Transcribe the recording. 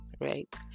right